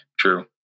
True